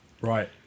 Right